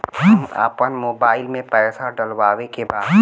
हम आपन मोबाइल में पैसा डलवावे के बा?